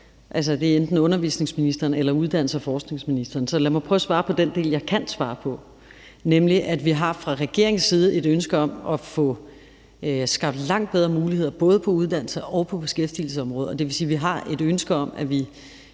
det er enten undervisningsministeren eller uddannelses- og forskningsministeren. Så lad mig prøve at svare på den del, jeg kan svare på, nemlig at vi fra regeringens side har et ønske om at få skabt langt bedre muligheder både på uddannelsesområdet og på beskæftigelsesområdet, og det vil sige, at vi har et ønske om, at vi